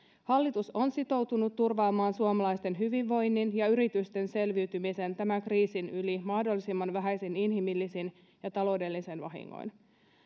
hallitus on sitoutunut turvaamaan suomalaisten hyvinvoinnin ja yritysten selviytymisen tämän kriisin yli mahdollisimman vähäisin inhimillisin ja taloudellisin vahingoin